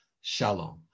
Shalom